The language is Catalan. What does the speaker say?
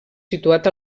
situat